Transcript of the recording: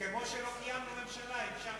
כמו שלא קיימנו עם ש"ס.